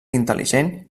intel·ligent